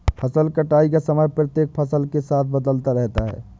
फसल कटाई का समय प्रत्येक फसल के साथ बदलता रहता है